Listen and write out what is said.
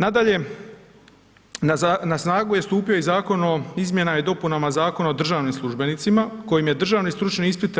Nadalje, na snagu je stupio i Zakon o izmjenama i dopunama Zakona o državnim službenicima kojim je državni stručni ispit